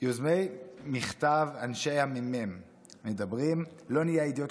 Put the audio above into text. יוזמי מכתב אנשי המ"מ מדברים: לא נהיה האידיוט